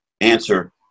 answer